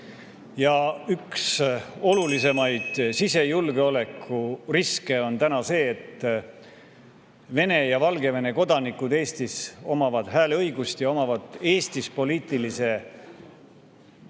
Üks olulisemaid sisejulgeoleku riske on täna see, et Vene ja Valgevene kodanikud Eestis omavad hääleõigust ja omavad Eestis poliitilise